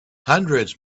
hundreds